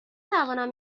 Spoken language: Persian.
تونم